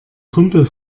kumpel